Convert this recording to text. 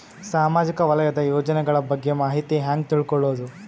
ಸಾಮಾಜಿಕ ವಲಯದ ಯೋಜನೆಗಳ ಬಗ್ಗೆ ಮಾಹಿತಿ ಹ್ಯಾಂಗ ತಿಳ್ಕೊಳ್ಳುದು?